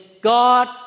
God